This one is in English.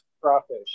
crawfish